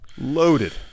loaded